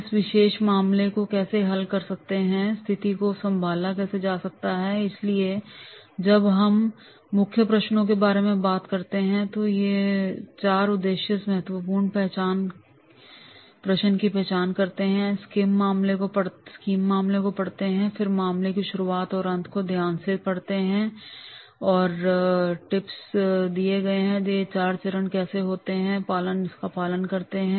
इस विशेष मामले को कैसे हल कर सकते है स्थिति को संभाला कैसे जा सकता है इसलिए जब हम मुख्य प्रश्नों के बारे में बात करते हैं तो चार उद्देश्य महत्वपूर्ण प्रश्न की पहचान करते हैं स्किम मामले को पढ़ते हैं और फिर मामले की शुरुआत और अंत को ध्यान से पढ़ते हैं टिप्स दिए गए हैं कि ये चार चरण कैसे हैं और इनका पालन कैसे करें